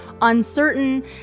uncertain